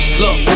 look